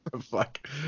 fuck